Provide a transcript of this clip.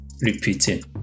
repeating